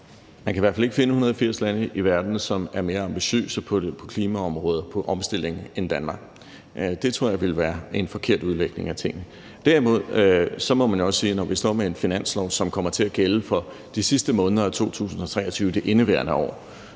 Man kan i hvert fald ikke finde 180 lande i verden, som er mere ambitiøse på klimaområdet, altså på omstilling, end Danmark. Det tror jeg ville være en forkert udlægning af tingene. Derimod må man jo også sige, at når vi står med en finanslov, som kommer til at gælde for de sidste måneder af 2023, altså det indeværende år,